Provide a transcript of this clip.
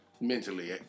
mentally